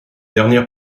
dernière